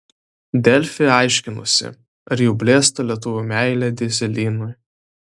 delfi aiškinosi ar jau blėsta lietuvių meilė dyzelinui